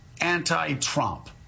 anti-Trump